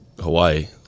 Hawaii